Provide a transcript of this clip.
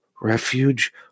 refuge